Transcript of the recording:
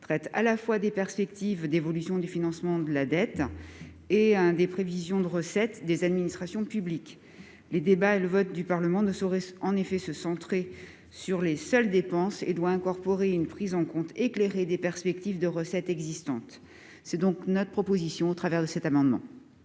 traite à la fois les perspectives d'évolution du financement de la dette et les prévisions de recettes des administrations publiques. Les débats et le vote du Parlement ne sauraient se centrer sur les seules dépenses. Ils doivent incorporer une prise en compte éclairée des perspectives de recettes existantes. Tel est l'objet de cet amendement.